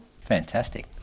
Fantastic